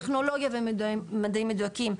טכנולוגיה ומדעים מדויקים,